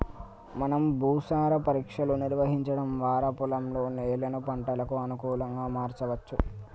మనం భూసార పరీక్షలు నిర్వహించడం వారా పొలంలోని నేలను పంటలకు అనుకులంగా మార్చవచ్చు